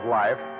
life